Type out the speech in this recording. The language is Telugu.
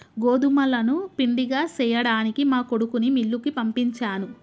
గోదుములను పిండిగా సేయ్యడానికి మా కొడుకుని మిల్లుకి పంపించాను